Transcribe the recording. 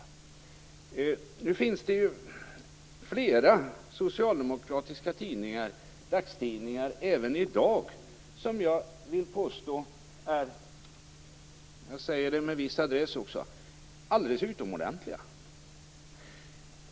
Även i dag finns det flera socialdemokratiska dagstidningar som jag vill påstå är - jag säger det med viss adress - alldeles utomordentliga.